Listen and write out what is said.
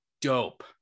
dope